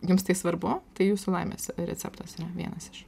jums tai svarbu tai jūsų laimės receptas yra vienas iš